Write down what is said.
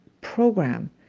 program